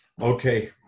Okay